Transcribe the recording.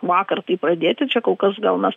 vakar tai pradėti čia kol kas gal mes